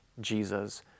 Jesus